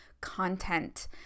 content